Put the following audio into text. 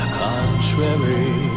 contrary